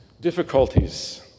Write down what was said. difficulties